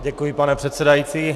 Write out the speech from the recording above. Děkuji, pane předsedající.